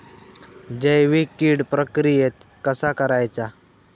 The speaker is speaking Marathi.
जैविक कीड प्रक्रियेक कसा करायचा?